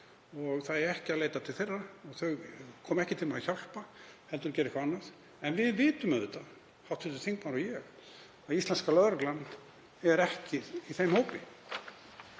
og það eigi ekki að leita til þeirra, þau komi ekki til með að hjálpa heldur gera eitthvað annað. En við vitum auðvitað, hv. þingmaður og ég, að íslenska lögreglan er ekki í þeim hópi.